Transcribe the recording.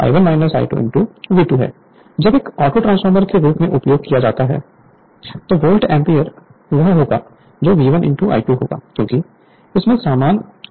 Refer Slide Time 2340 जब एक autotransformer के रूप में उपयोग किया जाता है तो वोल्ट एम्पीयर वह होगा जो V1 I1 होगा क्योंकि इसमें समान वाइंडिंग है